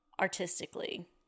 Artistically